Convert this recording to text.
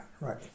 Right